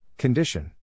Condition